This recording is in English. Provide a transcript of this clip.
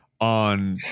on